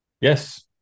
Yes